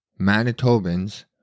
Manitobans